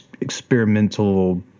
experimental